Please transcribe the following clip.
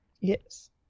yes